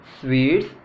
sweets